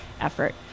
effort